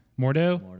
mordo